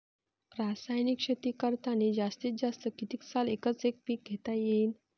रासायनिक शेती करतांनी जास्तीत जास्त कितीक साल एकच एक पीक घेता येईन?